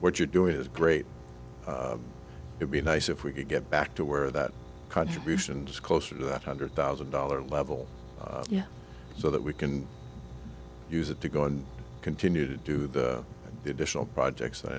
what you're doing is great to be nice if we can get back to where that contributions closer to that hundred thousand dollar level so that we can use it to go and continue to do the additional projects